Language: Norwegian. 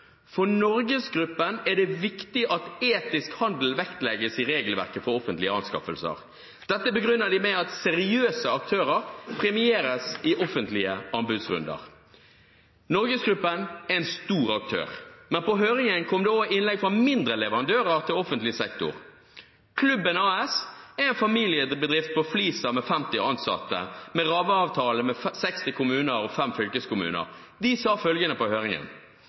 for NorgesGruppen er det viktig at «etisk handel» vektlegges i regelverket for offentlige anskaffelser. Dette begrunner de med at seriøse aktører premieres i offentlige anbudsrunder. NorgesGruppen er en stor aktør, men på høringen kom det også innlegg fra mindre leverandører til offentlig sektor. Klubben AS er en familiebedrift på Flisa med 50 ansatte, med rammeavtale med 60 kommuner og fem fylkeskommuner. De sa følgende på høringen: